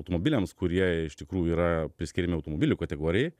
automobiliams kurie iš tikrųjų yra priskiriami automobilių kategorijai